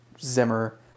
Zimmer